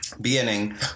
beginning